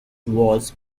was